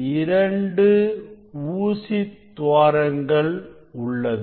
2 ஊசி துவாரங்கள் உள்ளது